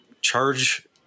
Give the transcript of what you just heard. charge